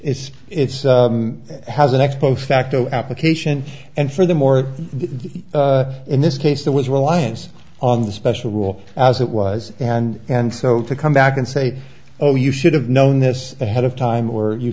it's it's has an ex post facto application and furthermore the in this case there was reliance on the special rule as it was and and so to come back and say oh you should have known this ahead of time or you